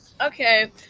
Okay